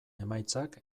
emaitzak